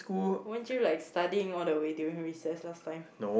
won't you like studying all the way during recess last time